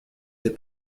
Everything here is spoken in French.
des